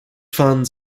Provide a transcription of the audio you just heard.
funds